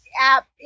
app